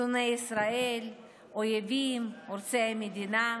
שונאי ישראל, אויבים, הורסי המדינה.